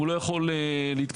הוא לא יכול להתקשר,